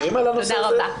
תודה רבה.